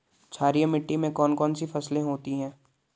क्षारीय मिट्टी में कौन कौन सी फसलें होती हैं?